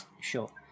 Sure